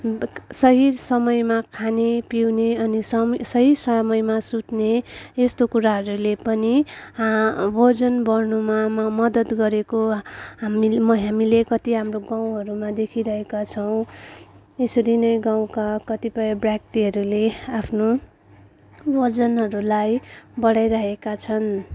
सही समयमा खाने पिउने अनि सम सही समयमा सुत्ने यस्तो कुराहरूले पनि ओजन बढ्नुमा मद्दत गरेको हामी म हामीले कत्ति हाम्रो गाउँहरूमा देखिरहेका छौँ यसरी नै गाउँका कतिपय व्यक्तिहरूले आफ्नो ओजनहरूलाई बढाइरहेका छन्